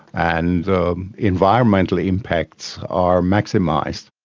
and the environmental impacts are maximised.